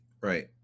Right